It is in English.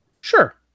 Sure